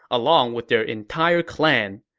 along with their entire clan.